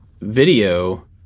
video